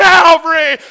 Calvary